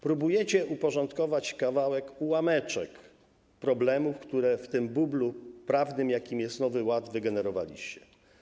Próbujecie uporządkować kawałek, ułameczek problemów, które w tym bublu prawnym, jakim jest Nowy Ład, wygenerowaliście.